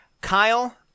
Kyle